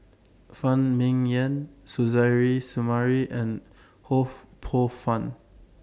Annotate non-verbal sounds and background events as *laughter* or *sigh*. Phan Ming Yen Suzairhe Sumari and Ho *noise* Poh Fun